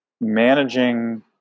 managing